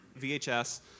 VHS